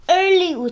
Early